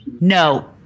No